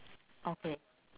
okay